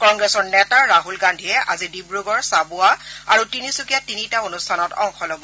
কংগ্ৰেছৰ নেতা ৰাহল গান্ধীয়ে আজি ডিব্ৰগড় চাবুৱা আৰু তিনিচুকীয়াত তিনিটা অনুষ্ঠানত অংশ লব